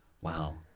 Wow